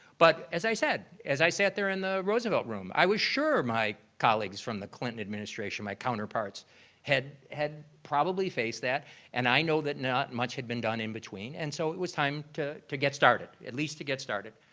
but as i said, as i sat there in the roosevelt room, i was sure my colleagues from the clinton administration, my counterparts had had probably faced that and i know that much had been done in between. and so it was time to to get started, at least to get started.